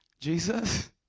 Jesus